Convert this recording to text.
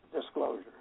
disclosure